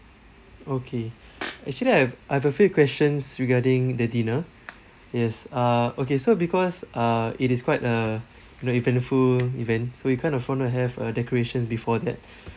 okay actually I've I've a few questions regarding the dinner yes uh okay so because uh it is quite a you know eventful event so we kind of want to have uh decorations before that